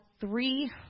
three